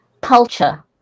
culture